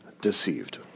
deceived